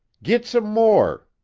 git some more,